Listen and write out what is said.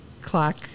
clock